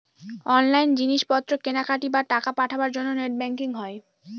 online জিনিস পত্র কেনাকাটি, বা টাকা পাঠাবার জন্য নেট ব্যাঙ্কিং হয়